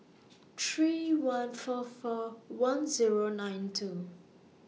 three one four four one Zero nine two